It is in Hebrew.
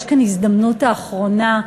יש כאן הזדמנות אחרונה.